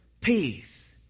peace